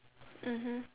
mmhmm